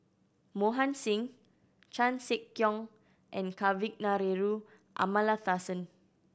Mohan Singh Chan Sek Keong and Kavignareru Amallathasan